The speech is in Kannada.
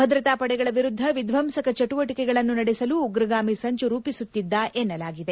ಭದ್ರತಾ ಪಡೆಗಳ ವಿರುದ್ದ ವಿಧ್ಲಂಸಕ ಚಟುವಟಿಕೆಗಳನ್ನು ನಡೆಸಲು ಉಗ್ರಗಾಮಿ ಸಂಚು ರೂಪಿಸುತ್ದಿದ್ದ ಎನ್ನಲಾಗಿದೆ